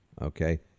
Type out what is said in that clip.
Okay